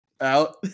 out